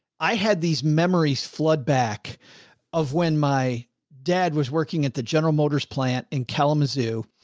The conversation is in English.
i had these memories flood back of when my dad was working at the general motors plant in kalamazoo,